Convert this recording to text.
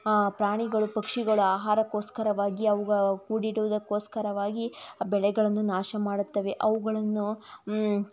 ಪ್ರಾಣಿಗಳು ಪಕ್ಷಿಗಳು ಆಹಾರಕ್ಕೋಸ್ಕರವಾಗಿ ಅವು ಕೂಡಿಡುವುದಕ್ಕೋಸ್ಕರವಾಗಿ ಬೆಳೆಗಳನ್ನು ನಾಶ ಮಾಡುತ್ತವೆ ಅವುಗಳನ್ನು